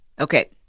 Okay